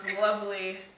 lovely